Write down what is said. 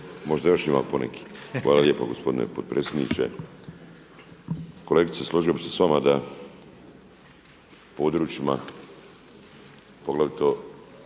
Miro (MOST)** Hvala lijepo gospodine potpredsjedniče. Kolegice složio bi s vama da u područjima poglavito